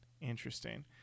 Interesting